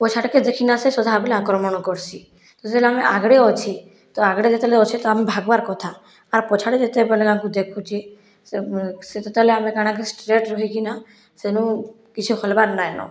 ପଛ୍ ଆଡ଼କେ ଦେଖିନା ଆସେ ସଧାବେଲେ ଆକ୍ରମଣ କର୍ସି ଯେତେବେଲେ ଆମେ ଆଗ୍ରେ ଅଛି ତ ଆଗ୍ରେ ଯେତୋଲେ ଅଛି ତ ଆମେ ଭାବ୍ ବାର୍ କଥା ଆର୍ ପଛରେ ଯେତେବେଲେ ଆମକୁ ଦେଖୁଛି ସେ ସେ ଯେତେବେଲେ ଆମେ କାଣା କି ଷ୍ଟ୍ରେଟ୍ ରହିକିନା ସେନୁ କିଛି ହଲବାର୍ ନାଇଁ ନ